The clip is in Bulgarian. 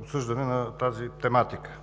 обсъждане на тази тематика.